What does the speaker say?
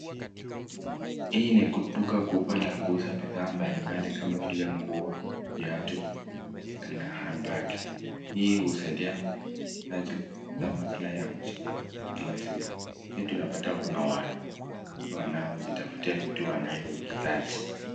Hii ni duka kubwa la kuuza bidhaa mbali mbali kama vile nguo, viatu na handbagi . Hii husaidi mahitaji kupata maslahi ya kujikimu kwa kila siku . Hii tunapata kuna wanunuzi wanaojitafutia vitu wanayo hitaji.